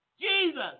Jesus